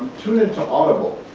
tune into audible.